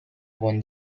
won